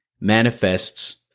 manifests